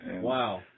Wow